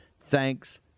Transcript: Thanks